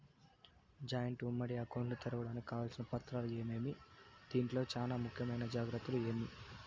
Joint ఉమ్మడి account ను తెరవడానికి కావాల్సిన పత్రాలు ఏమేమి? దీంట్లో చానా ముఖ్యమైన జాగ్రత్తలు ఏమి?